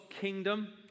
kingdom